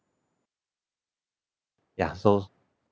ya so